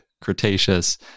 Cretaceous